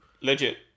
Legit